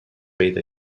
پیدا